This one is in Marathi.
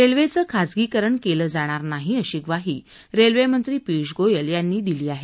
रेल्वेचं खाजगीकरण केलं जाणार नाही अशी ग्वाही रेल्वेमंत्री पियुष गोयल यांनी दिला आहे